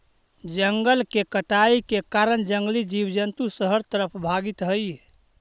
जंगल के कटाई के कारण जंगली जीव जंतु शहर तरफ भागित हइ